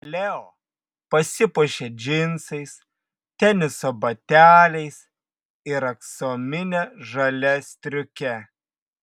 leo pasipuošia džinsais teniso bateliais ir aksomine žalia striuke